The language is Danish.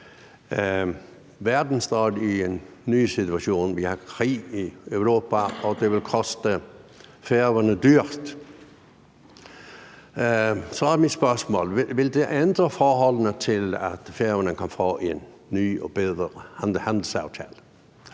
Verden står i en ny situation, vi har krig i Europa, og det vil koste Færøerne dyrt. Så er mit spørgsmål, om det vil ændre forholdene, med hensyn til at Færøerne kan få en ny og bedre handelsaftale.